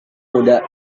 muda